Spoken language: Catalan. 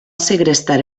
segrestar